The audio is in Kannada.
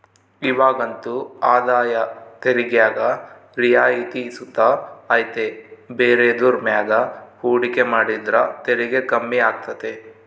ಇವಾಗಂತೂ ಆದಾಯ ತೆರಿಗ್ಯಾಗ ರಿಯಾಯಿತಿ ಸುತ ಐತೆ ಬೇರೆದುರ್ ಮ್ಯಾಗ ಹೂಡಿಕೆ ಮಾಡಿದ್ರ ತೆರಿಗೆ ಕಮ್ಮಿ ಆಗ್ತತೆ